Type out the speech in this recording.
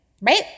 right